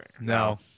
No